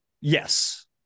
Yes